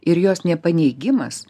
ir jos nepaneigimas